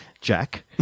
Jack